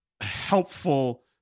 helpful